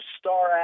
star